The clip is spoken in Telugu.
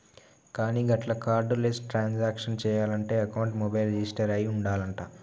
కానీ గట్ల కార్డు లెస్ ట్రాన్సాక్షన్ చేయాలంటే అకౌంట్ మొబైల్ రిజిస్టర్ అయి ఉండాలంట